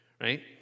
right